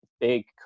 big